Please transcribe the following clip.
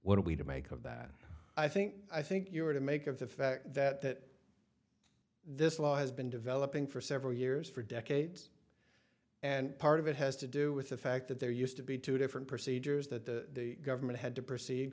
what are we to make of that i think i think you are to make of the fact that that this law has been developing for several years for decades and part of it has to do with the fact that there used to be two different procedures that the government had to proceed